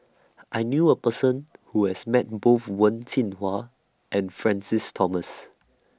I knew A Person Who has Met Both Wen Jinhua and Francis Thomas